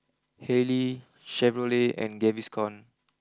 Haylee Chevrolet and Gaviscon